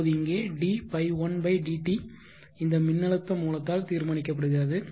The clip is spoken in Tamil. இப்போது இங்கே dϕ1 dt இந்த மின்னழுத்த மூலத்தால் தீர்மானிக்கப்படுகிறது